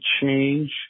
change